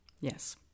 Yes